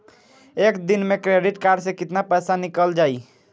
एक दिन मे क्रेडिट कार्ड से कितना पैसा निकल जाई?